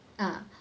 ah